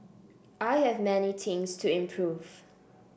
I have many things to improve